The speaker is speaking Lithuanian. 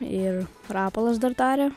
ir rapolas dar taria